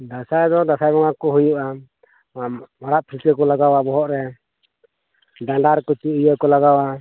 ᱫᱟᱸᱥᱟᱭ ᱫᱚ ᱫᱟᱸᱥᱟᱭ ᱵᱚᱸᱜᱟ ᱠᱚ ᱦᱩᱭᱩᱜᱼᱟ ᱢᱟᱨᱟᱜ ᱯᱤᱧᱪᱟᱹᱣ ᱠᱚ ᱞᱟᱜᱟᱣᱟ ᱵᱚᱦᱚᱜ ᱨᱮ ᱰᱟᱸᱰᱟ ᱨᱮ ᱤᱭᱟᱹ ᱠᱚ ᱞᱟᱜᱟᱣᱟ